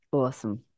awesome